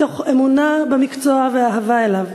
מתוך אמונה במקצוע ואהבה אליו.